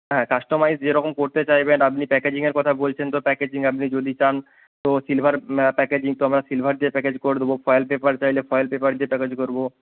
হ্যাঁ কাস্টোমাইজ যেরকম করতে চাইবেন আপনি প্যাকেজিংয়ের কথা বলছেন তো প্যাকেজিং আপনি যদি চান তো সিলভার প্যাকেজিং তো আমরা সিলভার দিয়ে প্যাকেজ করে দেবো ফয়েল পেপার চাইলে ফয়েল পেপার দিয়ে প্যাকেজ করব